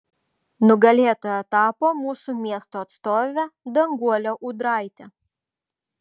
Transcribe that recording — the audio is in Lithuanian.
nugalėtoja tapo mūsų miesto atstovė danguolė ūdraitė